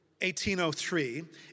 1803